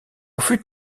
fut